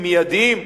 מיידיים.